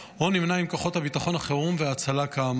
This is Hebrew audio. או נמנה עם כוחות הביטחון, החירום וההצלה, כאמור.